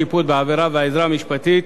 שיפוט בעבירות ועזרה משפטית),